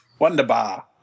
Wonderbar